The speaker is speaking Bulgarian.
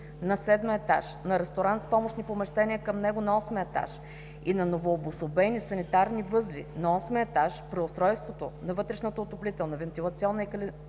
на 7 етаж, на ресторант с помощните помещения към него на 8 етаж и на новообособените санитарни възли на 8 етаж, преустройството на вътрешната отоплителна, вентилационна и